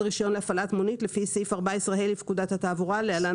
רישיון להפעלת מונית לפי סעיף 14ה לפקודת התעבורה (להלן,